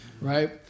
right